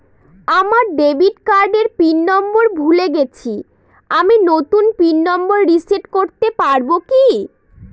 আমার ডেবিট কার্ডের pin number ভুলে গেছি আমি নূতন পিন নম্বর রিসেট করতে পারবো কি?